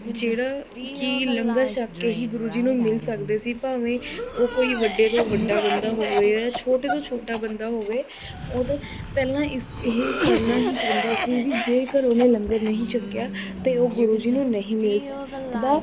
ਜਿਹੜਾ ਕਿ ਲੰਗਰ ਛਕ ਕੇ ਹੀ ਗੁਰੂ ਜੀ ਨੂੰ ਮਿਲ ਸਕਦੇ ਸੀ ਭਾਵੇਂ ਉਹ ਕੋਈ ਵੱਡੇ ਤੋਂ ਵੱਡਾ ਬੰਦਾ ਹੋਵੇ ਜਾਂ ਛੋਟੇ ਤੋਂ ਛੋਟਾ ਬੰਦਾ ਹੋਵੇ ਉਦੋਂ ਪਹਿਲਾਂ ਇਸ ਇਹ ਕਰਨਾ ਹੀ ਪੈਂਦਾ ਸੀ ਵੀ ਜੇਕਰ ਉਹਨੇ ਲੰਗਰ ਨਹੀਂ ਛਕਿਆ ਤਾਂ ਉਹ ਗੁਰੂ ਜੀ ਨੂੰ ਨਹੀਂ ਮਿਲ ਸਕਦਾ